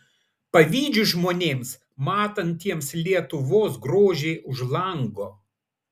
pavydžiu žmonėms matantiems lietuvos grožį už lango